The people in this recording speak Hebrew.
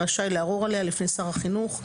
רשאי לערור עליה לפני שר החינוך,